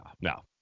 No